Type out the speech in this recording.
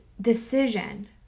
decision